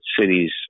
cities